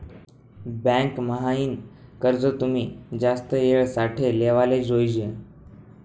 bank म्हाईन कर्ज तुमी जास्त येळ साठे लेवाले जोयजे